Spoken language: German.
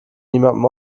niemandem